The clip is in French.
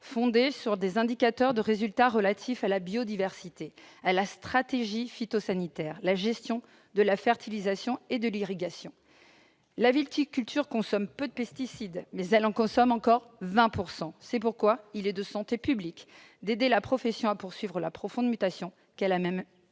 fondée sur des indicateurs de résultats relatifs à la biodiversité, à la stratégie phytosanitaire, ainsi qu'à la gestion de la fertilisation et de l'irrigation. La viticulture consomme peu de pesticides, mais elle en consomme encore 20 %. Il est par conséquent de santé publique d'aider la profession à poursuivre la profonde mutation qu'elle a